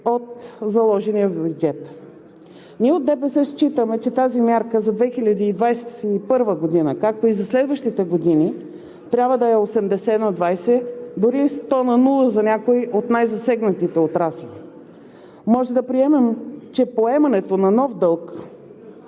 от заложения в бюджета. Ние от ДПС считаме, че тази мярка за 2021 г., както и за следващите години, трябва да е 80/20, дори 100/0 за някои от най-засегнатите отрасли. Може да приемем, че поемането на нов дълг